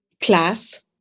class